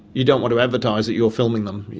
you don't want to advertise that you are filming them,